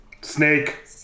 snake